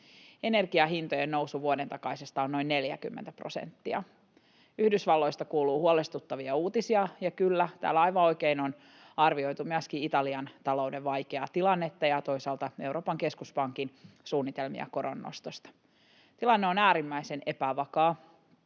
Energiahintojen nousu vuoden takaisesta on noin 40 prosenttia. Yhdysvalloista kuuluu huolestuttavia uutisia. Ja kyllä, täällä aivan oikein on arvioitu myöskin Italian talouden vaikeaa tilannetta ja toisaalta Euroopan keskuspankin suunnitelmia koronnostosta. Tilanne on äärimmäisen epävakaa,